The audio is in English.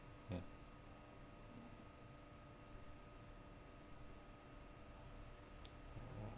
ya